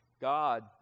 God